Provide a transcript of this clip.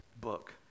book